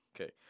Okay